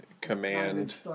command